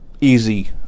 easy